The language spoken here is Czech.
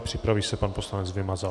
Připraví se pan poslanec Vymazal.